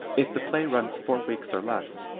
if the play runs four weeks or less,